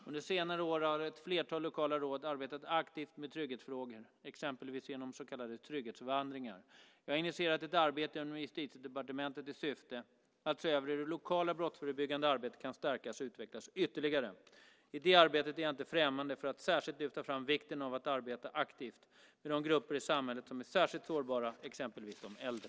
Under senare år har ett flertal lokala råd arbetat aktivt med trygghetsfrågor, exempelvis genom så kallade trygghetsvandringar. Jag har initierat ett arbete inom Justitiedepartementet i syfte att se över hur det lokala brottsförebyggande arbetet kan stärkas och utvecklas ytterligare. I det arbetet är jag inte främmande för att särskilt lyfta fram vikten av att arbeta aktivt med de grupper i samhället som är särskilt sårbara, exempelvis de äldre.